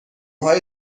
های